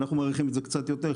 אנחנו מעריכים את זה בקצת יותר,